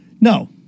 No